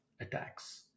attacks